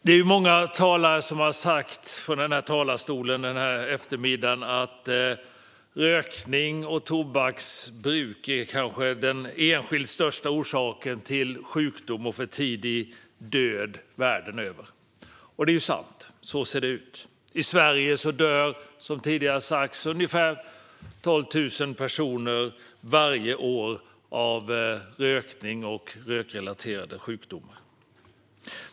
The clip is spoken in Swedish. Det är många talare under eftermiddagen som har sagt att rökning och tobaksbruk är kanske den enskilt största orsaken till sjukdom och för tidig död världen över, och det är sant. Så ser det ut. I Sverige dör ungefär 12 000 personer varje år av rökning och rökrelaterade sjukdomar.